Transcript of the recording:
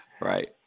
Right